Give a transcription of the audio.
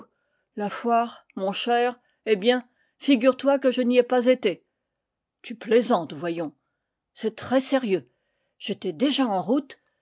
la foire mon cher eh bien figure-toi que je n'y ai pas été tu plaisantes voyons c'est très sérieux j'étais déjà en route